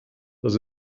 das